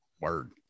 word